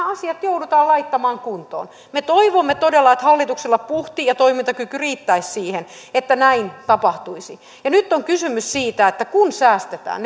asiat joudutaan laittamaan kuntoon me toivomme todella että hallituksella puhti ja toimintakyky riittäisivät siihen että näin tapahtuisi nyt on kysymys siitä että kun säästetään